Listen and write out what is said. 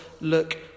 look